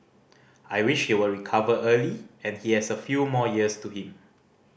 I wish he will recover early and he has a few more years to him